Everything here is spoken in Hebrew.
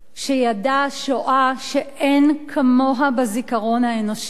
שידע שואה שאין כמוה בזיכרון האנושי,